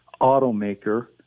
automaker